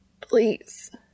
Please